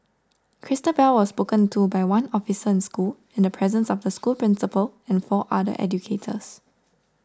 Christabel was spoken to by one officer in school in the presence of the school principal and four other educators